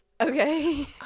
Okay